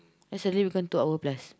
then suddenly become two hour plus